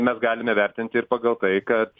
mes galime vertinti ir pagal tai kad